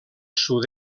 sud